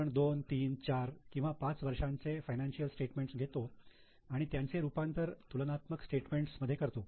आपण 2 3 4 किंवा 5 वर्षांचे फायनान्शिअल स्टेटमेंट्स घेतो आणि त्यांचे रुपांतर तुलनात्मक स्टेटमेंट्स मध्ये करतो